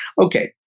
Okay